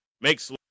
makes